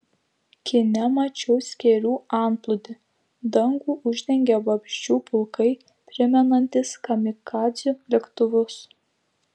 kine mačiau skėrių antplūdį dangų uždengė vabzdžių pulkai primenantys kamikadzių lėktuvus